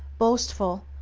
boastful,